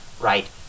right